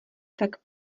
tak